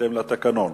בהתאם לתקנון.